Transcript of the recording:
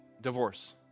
divorce